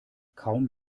kaum